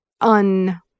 un